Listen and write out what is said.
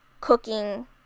cooking